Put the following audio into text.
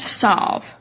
solve